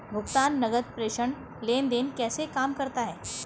भुगतान नकद प्रेषण लेनदेन कैसे काम करता है?